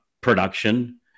production